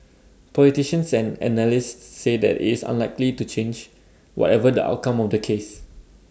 politicians and analysts say that is unlikely to change whatever the outcome of the cases